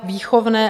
Výchovné.